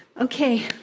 okay